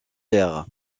aire